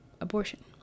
abortion